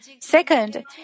Second